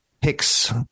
picks